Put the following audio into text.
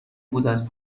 بوداز